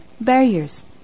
barriers